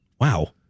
Wow